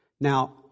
Now